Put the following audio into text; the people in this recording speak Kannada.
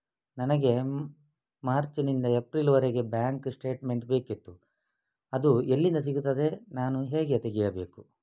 ನನಗೆ ಮಾರ್ಚ್ ನಿಂದ ಏಪ್ರಿಲ್ ವರೆಗೆ ಬ್ಯಾಂಕ್ ಸ್ಟೇಟ್ಮೆಂಟ್ ಬೇಕಿತ್ತು ಅದು ಎಲ್ಲಿಂದ ಸಿಗುತ್ತದೆ ನಾನು ಹೇಗೆ ತೆಗೆಯಬೇಕು?